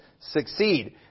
succeed